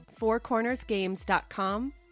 fourcornersgames.com